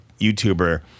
YouTuber